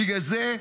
בגלל זה,